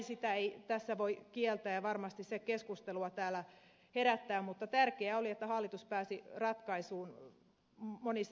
sitä ei tässä voi kieltää ja varmasti se keskustelua täällä herättää mutta tärkeää oli että hallitus pääsi ratkaisuun monissa ristipaineissa